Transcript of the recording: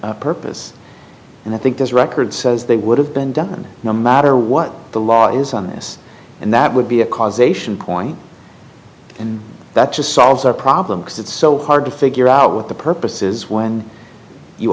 a purpose and i think this record says they would have been done no matter what the law is on this and that would be a causation point and that just solves a problem because it's so hard to figure out what the purpose is when you